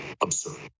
absurd